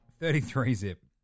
33-zip